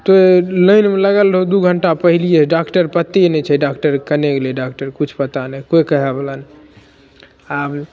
तो लाइनमे लगल रहु दू घंटा पहिलिए डाक्टर पते नहि छै डाक्टर केने गेलै डाक्टर किछु पता नहि केओ कहए बला नहि आब